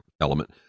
element